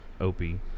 Opie